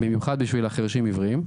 במיוחד בשביל החירשים-עיוורים.